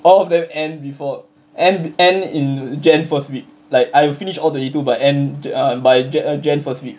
all of them end before end end in jan first week like I finish all twenty two by end uh by jan first week